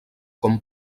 com